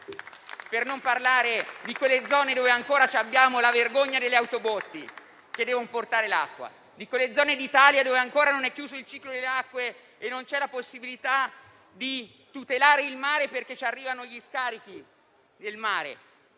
Per non parlare di quelle zone dove ancora esiste la vergogna delle autobotti che devono portare l'acqua, di quelle zone d'Italia dove ancora non è chiuso il ciclo delle acque e non c'è la possibilità di tutelare il mare perché ci arrivano gli scarichi, come